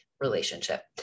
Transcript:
relationship